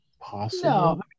possible